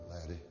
laddie